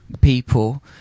people